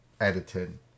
editing